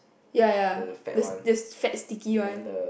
ya ya the the stretch sticky one